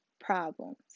problems